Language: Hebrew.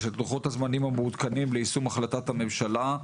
את לוחות הזמנים המעודכנים ליישום החלטת הממשלה,